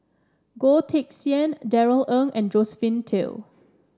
Goh Teck Sian Darrell Ang and Josephine Teo